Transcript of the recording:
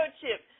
chip